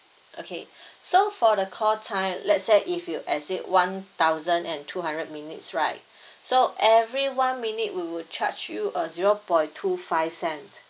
okay so for the call time let's say if you exceed one thousand and two hundred minutes right so every one minute we will charge you a zero point two five cent